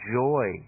joy